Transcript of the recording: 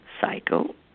cycle